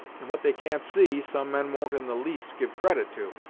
and what they can't see, some men won't in the least give credit to.